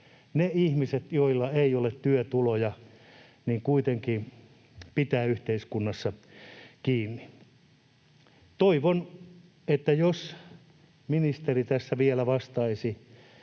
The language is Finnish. ne ihmiset, joilla ei ole työtuloja, kantaa ja kuitenkin pitää yhteiskunnassa kiinni. Toivon, että ministeri tässä vielä vastaisi: